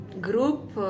group